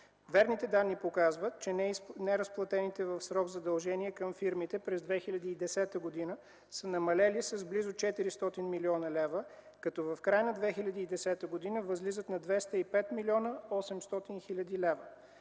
Верните данни показват, че неразплатените в срок задължения към фирмите през 2010 г. са намалели с близо 400 млн. лв., като в края на 2010 г. възлизат на 205 млн. 800 хил. лв.